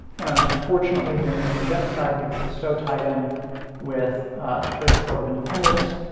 and unfortunately they're meaning in genocide because it's so tied in with the turkish four of independence,